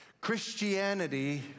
Christianity